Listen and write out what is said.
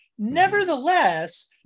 Nevertheless